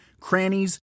crannies